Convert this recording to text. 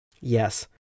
Yes